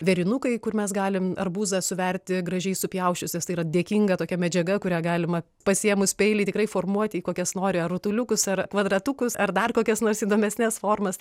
vėrinukai kur mes galim arbūzą suverti gražiai supjausčiusios tai yra dėkinga tokia medžiaga kurią galima pasiėmus peilį tikrai formuoti į kokias nori ar rutuliukus ar kvadratukus ar dar kokias nors įdomesnes formas